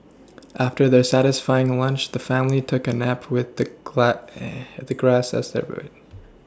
after their satisfying lunch the family took a nap with the the grass as their bread